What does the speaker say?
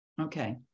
Okay